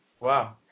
Wow